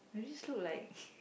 no it just look like